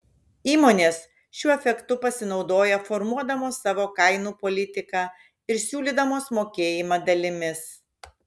įmonės šiuo efektu pasinaudoja formuodamos savo kainų politiką ir siūlydamos mokėjimą dalimis